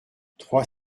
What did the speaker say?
trois